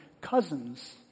cousins